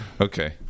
okay